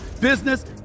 business